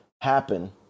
happen